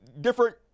different